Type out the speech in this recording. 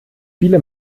viele